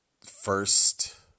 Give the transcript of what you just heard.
first